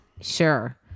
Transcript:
Sure